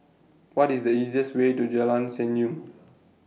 What IS The easiest Way to Jalan Senyum